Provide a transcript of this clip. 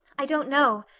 i don't know.